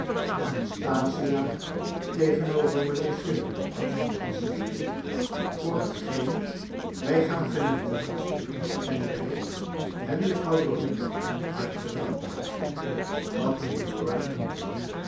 anastasia tegenover mijnheer chivery als je blieft voor hetgeen wij gaan genieten zijn wij en juffrouw dorrit hartelijk dankbaar had mijnheer